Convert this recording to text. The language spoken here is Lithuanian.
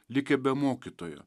likę be mokytojo